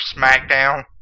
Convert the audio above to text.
SmackDown